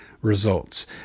Results